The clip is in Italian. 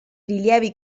rilievi